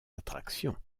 attractions